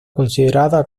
considerada